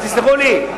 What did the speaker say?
אז תסלחו לי,